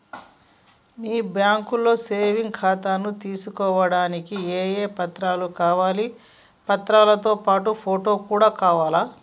మీ బ్యాంకులో సేవింగ్ ఖాతాను తీసుకోవడానికి ఏ ఏ పత్రాలు కావాలి పత్రాలతో పాటు ఫోటో కూడా కావాలా?